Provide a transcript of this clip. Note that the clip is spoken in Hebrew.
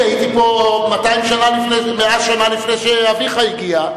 אני הייתי פה 100 שנה לפני שאביך הגיע,